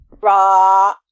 Raw